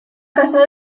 casado